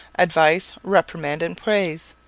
advice, reprimand, and praise.